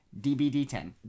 DBD10